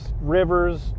rivers